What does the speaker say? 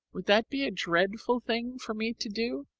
would that be a dreadful thing for me to do?